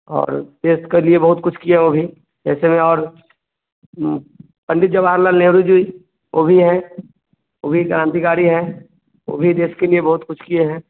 और देश के लिए बहुत कुछ किए हैं वह भी ऐसे में और पंडित जवाहर लाल नेहरू जी वह भी है वह भी क्रांतिकारी है वह भी देश के लिए बहुत कुछ किए है